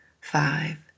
five